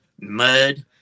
mud